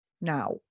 now